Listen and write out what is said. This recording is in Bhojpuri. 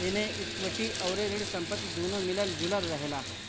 एमे इक्विटी अउरी ऋण संपत्ति दूनो मिलल जुलल रहेला